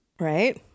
right